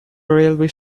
railway